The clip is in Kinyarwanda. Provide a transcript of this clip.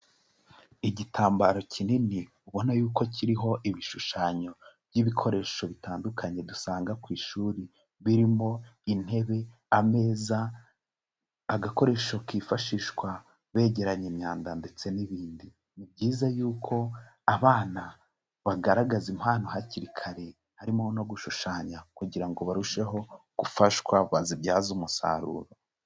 Igitambaro kinini ubona yuko kiriho ibishushanyo by'ibikoresho bitandukanye dusanga ku ishuri birimo intebe, ameza, agakoresho kifashishwa begeranya imyanda ndetse n'ibindi. ni byiza yuko abana bagaragaza impano hakiri kare harimo no gushushanya kugirango ngo barusheho gufashwa bazibyaza umusaruro